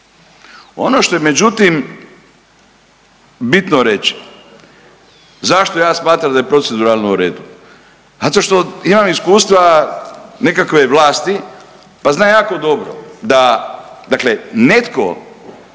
Ono što je međutim bitno reći, zašto ja smatram da je proceduralno u redu? Zato što imam iskustva nekakve vlasti, pa znam jako dobro da dakle